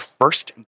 first